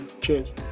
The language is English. Cheers